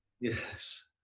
Yes